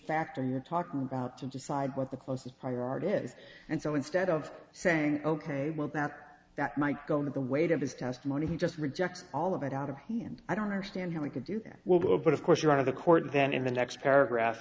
factor you're talking about to decide what the closest prior art is and so instead of saying ok well that that might go into the weight of his testimony he just rejects all of it out of hand i don't understand how he could do that well but of course you're out of the court and then in the next paragraph